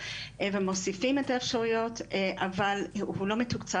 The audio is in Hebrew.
אני מתנצלת מראש שלא כולכם יכולתם להיות